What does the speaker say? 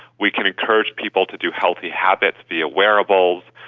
we can encourage people to do healthy habits via wearables.